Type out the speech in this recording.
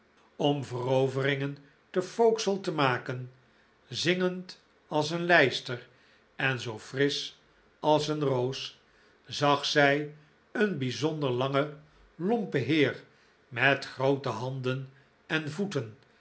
om veroveringen te vauxhall te maken zingend als een lijster en zoo frisch als een roos zag zij een bijzonder langen lompen heer met groote handen en voeten